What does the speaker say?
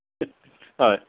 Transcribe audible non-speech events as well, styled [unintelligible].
[unintelligible] হয়